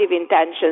intention